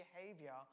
behavior